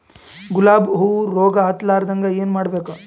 ಗುಲಾಬ್ ಹೂವು ರೋಗ ಹತ್ತಲಾರದಂಗ ಏನು ಮಾಡಬೇಕು?